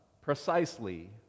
precisely